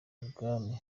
bwami